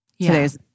Today's